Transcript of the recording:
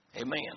Amen